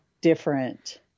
different